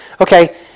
Okay